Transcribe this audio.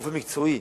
באופן מקצועי,